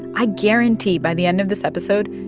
i guarantee by the end of this episode,